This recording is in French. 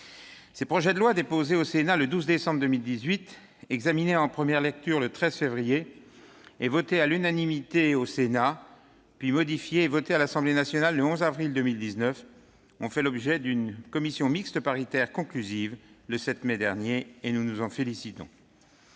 Ces projets de loi, déposés sur le bureau du Sénat le 12 décembre 2018, examinés en première lecture le 13 février 2019 et adoptés à l'unanimité par notre assemblée, puis modifiés et votés à l'Assemblée nationale le 11 avril, ont fait l'objet d'une commission mixte paritaire conclusive le 7 mai dernier. Nous nous en félicitons.